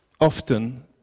often